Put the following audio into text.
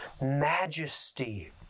majesty